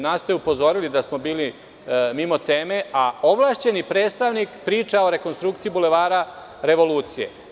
Nas ste upozorili da smo bili mimo teme, a ovlašćeni predstavnik priča o rekonstrukciji Bulevara Revolucije.